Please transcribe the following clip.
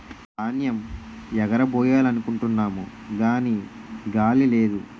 ధాన్యేమ్ ఎగరబొయ్యాలనుకుంటున్నాము గాని గాలి లేదు